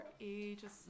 ages